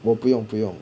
我不用不用